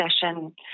session